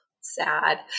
sad